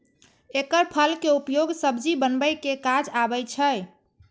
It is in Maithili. एकर फल के उपयोग सब्जी बनबै के काज आबै छै